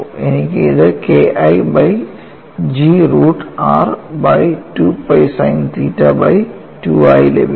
എനിക്ക് ഇത് K I by G root r by 2 pi sin theta by 2 ആയി ലഭിക്കുന്നു